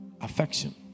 Affection